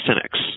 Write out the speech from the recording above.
cynics